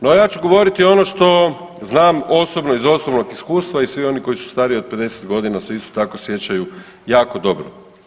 No, ja ću govoriti ono što znam osobno iz osobnog iskustva i svi oni koji su stariji od 50 godina se isto tako sjećaju jako dobro.